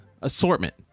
Assortment